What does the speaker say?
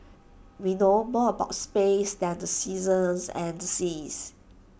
we know more about space than the seasons and the seas